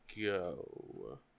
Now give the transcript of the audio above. go